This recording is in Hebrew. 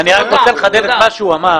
אני רק רוצה לחדד את מה שהוא אמר.